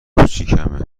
کوچیکمه